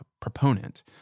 proponent